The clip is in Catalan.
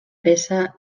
peça